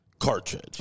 Cartridge